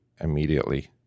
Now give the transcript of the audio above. immediately